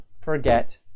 forget